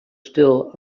still